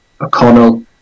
O'Connell